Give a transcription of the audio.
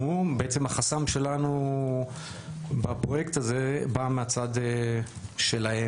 בעצם החסם שלנו בפרויקט הזה בא מהצד שלהם.